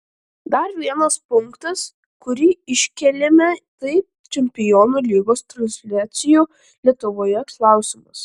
dar vienas punktas kurį iškėlėme tai čempionų lygos transliacijų lietuvoje klausimas